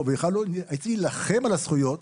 ובכלל לא הייתי צריך להילחם על הזכויות,